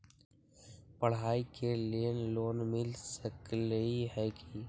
पढाई के लेल लोन मिल सकलई ह की?